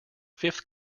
fifth